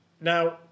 Now